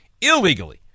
illegally